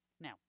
Now